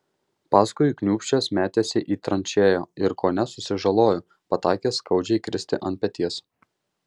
paskui kniūbsčias metėsi į tranšėją ir kone susižalojo pataikęs skaudžiai kristi ant peties